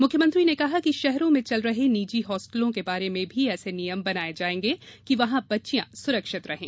मुख्यमंत्री ने कहा कि शहरों में चल रहे निजी हॉस्टलों के बारे में भी ऐसे नियम बनाए जाएंगे कि वहां बच्चियां सुरक्षित रहें